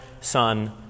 Son